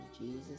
Jesus